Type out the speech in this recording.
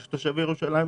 יש תושבי ירושלים,